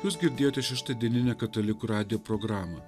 jūs girdėjote šeštadieninę katalikų radijo programą